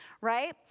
right